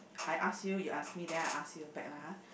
I ask you you ask me then I ask you back lah !huh!